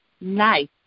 nice